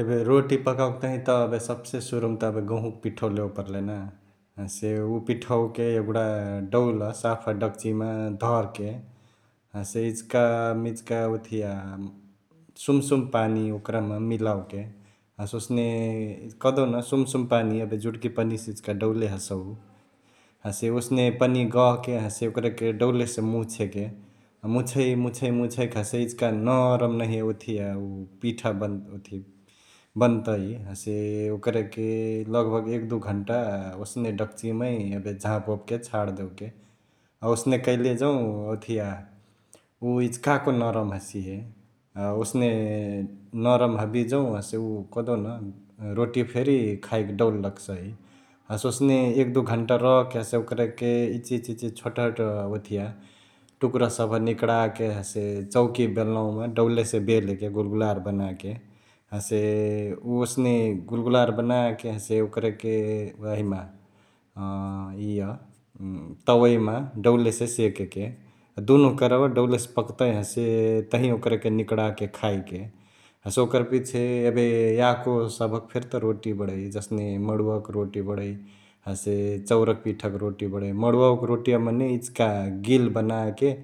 एबे रोटी पकओके तहिया त एबे सबसे सुरु त एबे गंहुक पिठवा लेवे परलई ना । हसे उअ पिठवाके एगुडा डौल ,साफा डक्चिमा धके हसे इचिका मिचका ओथिया सुमसुम पानी ओकरमा मिलाओके हसे ओसने कहदेउन सुमसुम पानी एबे जुडकी पानीयासे इचिका डौले हसउ । हसे ओसने पानीया गहके हसे ओकरके डौलेसे मुछेके अ मुछैमुछैमुछैक हसे इचिका नरम नहिया ओथिया उ पिठा ओथिया बन्तई । हसे ओकरके लगभाग एक दु घन्टा ओसने डक्चिमै एबे झापओपके छाड देओके । ओसने करले जौं ओथिया उअ इचिकाको नरम हसिहे । ओसने नरम हबिय जौं हसे उअ कहदेउन रोटिया फेरी खाएके डौल लगसई । हसे ओसने एक दु घण्टा रहके हसे ओकरके इचिहिच इचिहिच छोटहोट ओथिया टुक्रा सभ निकडाके हसे चौकी बेलनावा मा डौलेसे बेलेके गुलगुलार बनाके । हसे ओसेने गुलगुलार बनाके हसे ओकरके वाहिमा ईअ तवैमा डौलेसे सेकेके, दुन्हु करवा डौलेसे पक्तही हसे तही ओकरके निकडाके खाएके । हसे ओकर पिछे एबे याको सभ फेरी त रोटी बडै जसने मडुवाक रोटी बडै, हसे चाउरक पिठाक रोटी बडै । मडुवावाक रोटिया मने इचिका गिल बनाके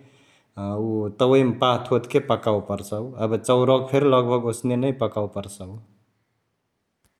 उअ तवैयामा पाथओथके पकावे परसउ एबे चौरावाके फेरी लगभग ओसनेनै पकवे परसउ ।